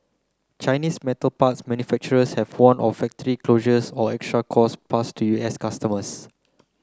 Chinese metal parts manufacturers have warned of factory closures or extra costs pass to U S customers